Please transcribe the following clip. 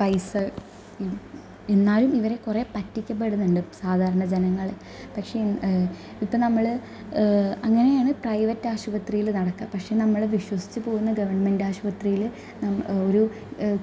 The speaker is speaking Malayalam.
പൈസ എന്നാലും ഇവരെ കുറേ പറ്റിക്കപ്പെടുന്നുണ്ട് സാധാരണ ജനങ്ങൾ പക്ഷെ ഇപ്പം നമ്മൾ അങ്ങനെയാണ് പ്രൈവറ്റ് ആശുപത്രിയിൽ നടക്കുക പക്ഷെ നമ്മൾ വിശ്വസിച്ചു പോകുന്ന ഗവണ്മെന്റ്റ് ആശുപത്രിയിൽ നം ഒരു